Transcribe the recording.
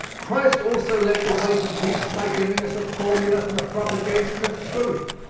christ also led the way to peace by giving us a formula for the propagation of truth.